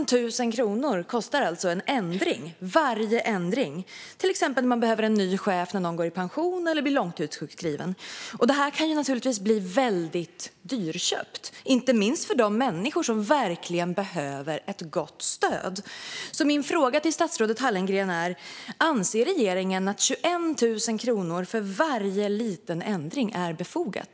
Varje ändring kostar 21 000 kronor. Det kan till exempel vara att man behöver en ny chef när någon går i pension eller blir långtidssjukskriven. Detta kan bli väldigt dyrköpt inte minst för de människor som verkligen behöver ett gott stöd. Min fråga till statsrådet Hallengren är: Anser regeringen att 21 000 kronor för varje liten ändring är befogat?